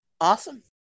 Awesome